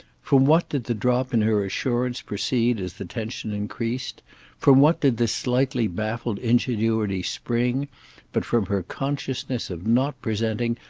from what did the drop in her assurance proceed as the tension increased from what did this slightly baffled ingenuity spring but from her consciousness of not presenting,